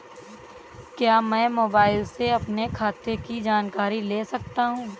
क्या मैं मोबाइल से अपने खाते की जानकारी ले सकता हूँ?